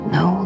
no